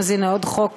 אז הנה עוד חוק